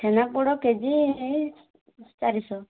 chhena poda kg ଏଇ ଚାରିଶହ